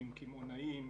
עם קמעונאים,